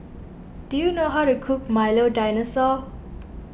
do you know how to cook Milo Dinosaur